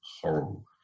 horrible